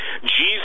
Jesus